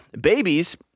babies